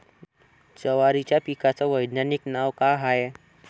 जवारीच्या पिकाचं वैधानिक नाव का हाये?